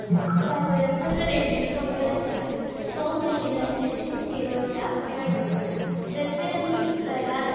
बाजारांतलो जो रेडीमेड कपडो आसता तो मशिनांचेर स्टीच केलो वता बट जर तर आमी घरा